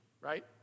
right